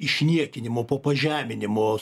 išniekinimo po pažeminimo